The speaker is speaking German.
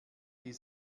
die